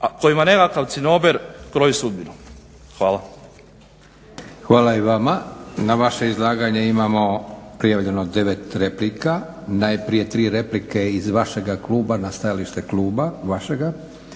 a kojima …/Govornik se ne razumije./… Cinober kroji sudbinu. Hvala.